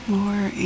More